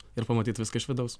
ir pamatyt viską iš vidaus